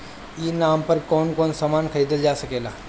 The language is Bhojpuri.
ई नाम पर कौन कौन समान खरीदल जा सकेला?